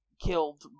killed